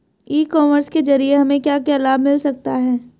ई commerce के ज़रिए हमें क्या क्या लाभ मिल सकता है?